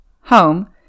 home